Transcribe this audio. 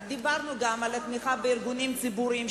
דיברנו גם על התמיכה בארגונים ציבוריים,